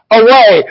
away